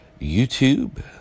YouTube